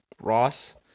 Ross